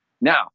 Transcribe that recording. now